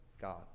God